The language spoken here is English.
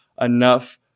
enough